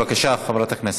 בבקשה, חברת הכנסת.